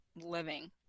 living